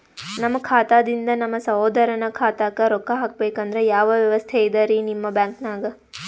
ನಮ್ಮ ಖಾತಾದಿಂದ ನಮ್ಮ ಸಹೋದರನ ಖಾತಾಕ್ಕಾ ರೊಕ್ಕಾ ಹಾಕ್ಬೇಕಂದ್ರ ಯಾವ ವ್ಯವಸ್ಥೆ ಇದರೀ ನಿಮ್ಮ ಬ್ಯಾಂಕ್ನಾಗ?